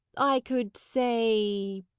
i could say